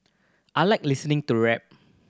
I like listening to rap